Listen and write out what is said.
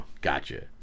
gotcha